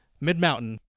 mid-mountain